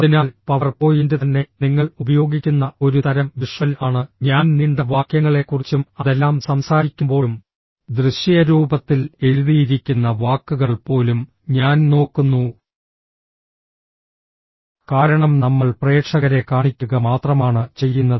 അതിനാൽ PowerPoint തന്നെ നിങ്ങൾ ഉപയോഗിക്കുന്ന ഒരു തരം വിഷ്വൽ ആണ് ഞാൻ നീണ്ട വാക്യങ്ങളെക്കുറിച്ചും അതെല്ലാം സംസാരിക്കുമ്പോഴും ദൃശ്യരൂപത്തിൽ എഴുതിയിരിക്കുന്ന വാക്കുകൾ പോലും ഞാൻ നോക്കുന്നു കാരണം നമ്മൾ പ്രേക്ഷകരെ കാണിക്കുക മാത്രമാണ് ചെയ്യുന്നത്